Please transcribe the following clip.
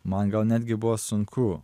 man gal netgi buvo sunku